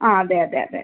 ആ അതെ അതെ അതെ